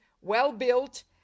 well-built